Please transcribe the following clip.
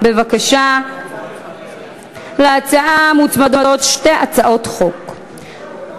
אז אני אהיה בשקט עד